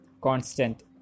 constant